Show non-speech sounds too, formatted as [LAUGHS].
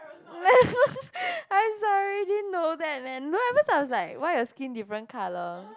[LAUGHS] I'm sorry didn't know that man no at first I was like why your skin different colour